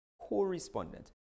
correspondent